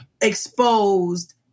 exposed